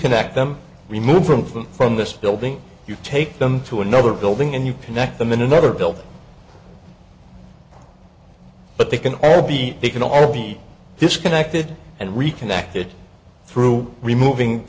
connect them removed from them from this building you take them to another building and you connect them in another building but they can all be they can all be disconnected and reconnected through removing